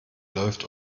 läuft